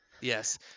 Yes